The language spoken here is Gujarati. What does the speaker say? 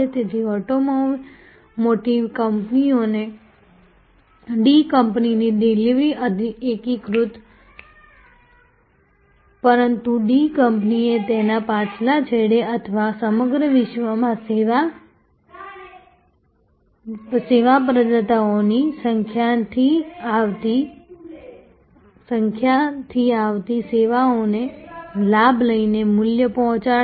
તેથી ઓટોમોટિવ કંપનીઓને D કંપનીની ડિલિવરી એકીકૃત છે પરંતુ D કંપની તેના પાછલા છેડે અથવા સમગ્ર વિશ્વમાં સેવા પ્રદાતાઓની સંખ્યાથી આવતી સેવાઓનો લાભ લઈને મૂલ્ય પહોંચાડશે